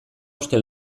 uste